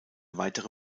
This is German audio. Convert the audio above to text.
weitere